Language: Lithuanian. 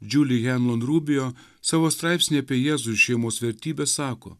džuli henlon rubio savo straipsny apie jėzų ir šeimos vertybes sako